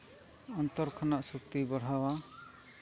ᱚᱱᱛᱚᱨ ᱠᱷᱚᱱᱟᱜ ᱥᱚᱠᱛᱤ ᱵᱟᱲᱦᱟᱣᱟ